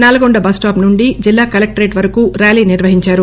Nalgonda bus stand నుంచి జిల్లా collectorate వరకు ర్యాలీ నిర్వహించారు